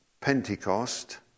Pentecost